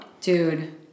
Dude